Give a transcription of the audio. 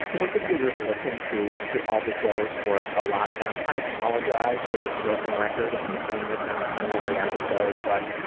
those of you that have listened to to all the shows or a lot of them, i apologize for this broken record of me saying this on on every episode but,